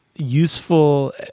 useful